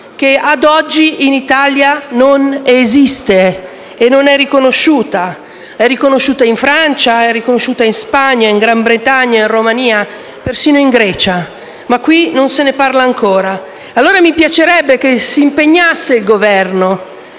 che ad oggi in Italia non esiste, non è riconosciuta. È riconosciuta in Francia, in Spagna, in Gran Bretagna, in Romania, persino in Grecia; ma qui non se ne parla ancora. Pertanto, mi piacerebbe che il Governo